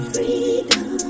Freedom